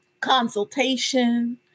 Consultation